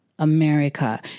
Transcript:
America